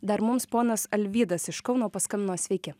dar mums ponas alvydas iš kauno paskambino sveiki